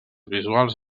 visuals